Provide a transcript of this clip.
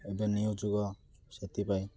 ଏବେ ନିୟୁ ଯୁଗ ସେଥିପାଇଁ